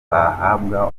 bahabwa